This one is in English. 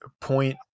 point